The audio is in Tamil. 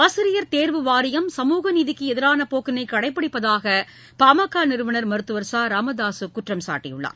ஆசிரியர் தேர்வு வாரியம் சமூக நீதிக்கு எதிரான போக்கினை கடைபிடிப்பதாக பாமக நிறுவனர் மருத்துவர் ச ராமதாசு குற்றம் சாட்டினார்